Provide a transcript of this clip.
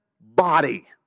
body